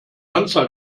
anzahl